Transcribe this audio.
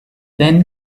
then